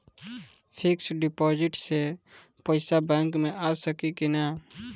Fix deposit से पैसा bank मे आ सकी कि ना?